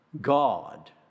God